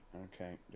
okay